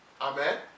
Amen